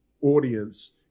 audience